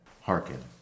Hearken